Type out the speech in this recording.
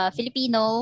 Filipino